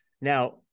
Now